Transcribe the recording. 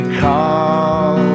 call